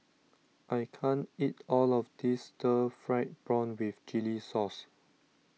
I can't eat all of this Stir Fried Prawn with Chili Sauce